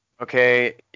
okay